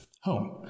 home